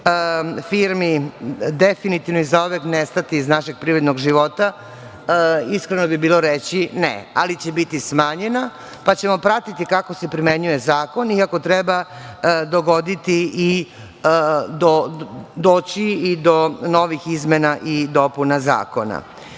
firmi definitivno i zauvek nestati iz našeg privrednog života? Iskreno bi bilo reći ne, ali će biti smanjena, pa ćemo pratiti kako se primenjuje zakon i ako treba doći i do novih izmena i dopuna zakona. Uvodi